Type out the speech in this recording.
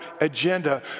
agenda